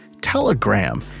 telegram